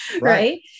right